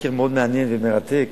סקר מאוד מעניין ומרתק,